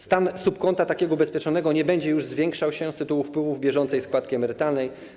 Stan subkonta takiego ubezpieczonego nie będzie już zwiększał się z tytułu wpływów bieżącej składki emerytalnej.